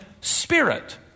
spirit